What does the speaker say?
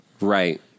Right